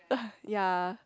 ya